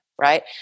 right